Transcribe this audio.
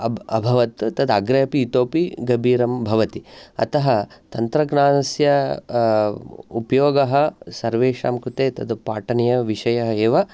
अब् अभवत् तद् अग्रेपि इतोपि गभीरम् भवति अतः तन्त्रज्ञानस्य उपयोगः सर्वेषां कृते तद् पाठनीयः विषयः एव